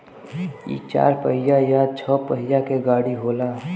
इ चार पहिया या छह पहिया के गाड़ी होला